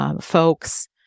folks